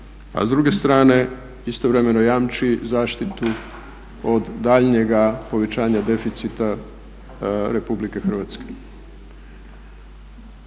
a s druge strane istovremeno jamči zaštitu od daljnjega povećanja deficita RH.